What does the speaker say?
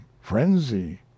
frenzy